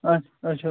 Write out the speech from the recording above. اَچھا اَچھا